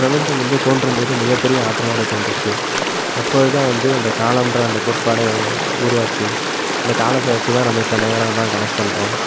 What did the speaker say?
பிரபஞ்சம் வந்து தோன்றும் போது மிகப்பெரிய ஆற்றலோடு தோன்றிச்சு அப்போ அது தான் வந்து அந்த காலம்ன்ற அந்த கோட்பாடே உருவாச்சு இந்த காலத்தை வச்சு தான் நம்ம இப்போ நேரம் தான் கனெக்ட் பண்ணுறோம்